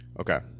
Okay